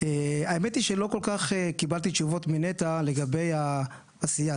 שהאמת היא שלא כל-כך קיבלתי תשובות מנת"ע לגבי העשייה.